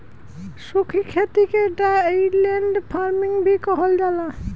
सूखी खेती के ड्राईलैंड फार्मिंग भी कहल जाला